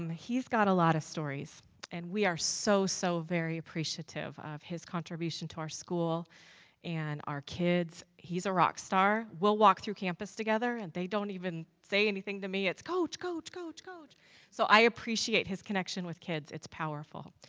um he's got a lot of stories and we are so, so very appreciative of his contribution to our school an our kids. he's a rock star. we'll walk through campus together and they don't even say anything to me. it's coach, coach, coach coach so, i appreciate his connection with kids. it's powerful